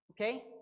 Okay